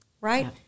right